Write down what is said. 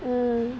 mm